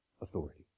authority